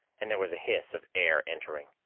and there was a hiss of air entering.